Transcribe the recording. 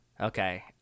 okay